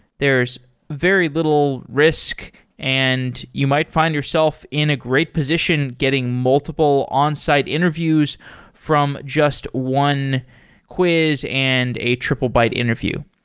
there's very little risk and you might find yourself in a great position getting multiple onsite interviews from just one quiz and a triplebyte interview.